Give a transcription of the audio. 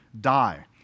die